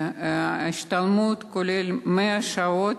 ההשתלמות כוללת 100 שעות,